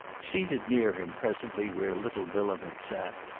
seated near him presently where little bilham had sat,